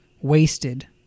wasted